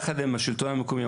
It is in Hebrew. יחד עם השלון המקומי,